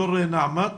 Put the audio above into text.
יו"ר נעמ"ת